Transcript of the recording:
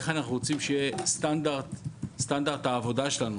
איך אנחנו רוצים שיהיה סטנדרט העבודה שלנו,